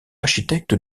architecte